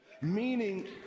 Meaning